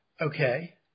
Okay